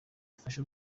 ifashe